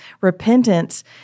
repentance